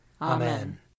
Amen